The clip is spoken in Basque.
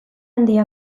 handia